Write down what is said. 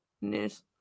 news